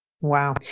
wow